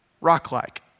rock-like